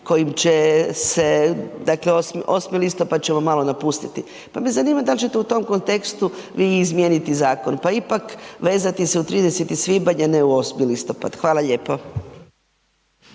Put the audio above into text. kojim će se dakle, 8. listopad ćemo malo napustiti pa me zanima da li ćete u tom kontekstu vi izmijeniti zakon pa ipak vezati uz 30. svibanj a ne u 8. listopad, hvala lijepo.